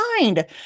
mind